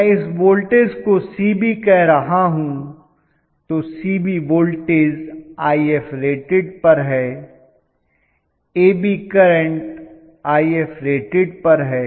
मैं इस वोल्टेज को cb कह रहा हूं तो cb वोल्टेज Ifrated पर है ab करंट Ifrated पर है